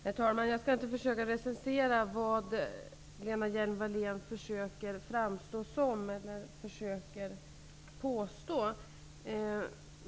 Herr talman! Jag skall inte försöka recensera vad Lena Hjelm-Wallén försöker framstå som eller vad hon försöker påstå.